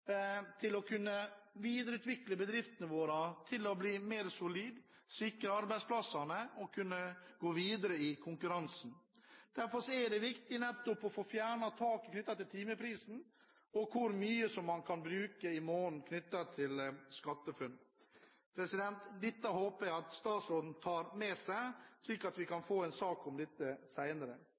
for å kunne videreutvikle bedriften til å bli mer solid, sikre arbeidsplasser og kunne gå videre i konkurransen. Derfor er det viktig nettopp å få fjernet taket på timesatsen for hvor mye man kan bruke i måneden knyttet til SkatteFUNN. Dette håper jeg at statsråden tar med seg, slik at vi kan få en sak om dette senere. Hospiteringsordninger knyttet til skolene er også viktig, særlig fagskoler ut i bedriftene. Det